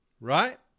right